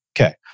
Okay